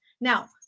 Now